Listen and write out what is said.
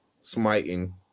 smiting